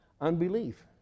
unbelief